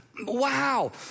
Wow